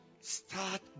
Start